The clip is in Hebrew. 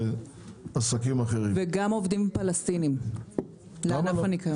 וגם עובדים פלסטינים לענף הניקיון.